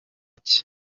cye